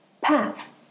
path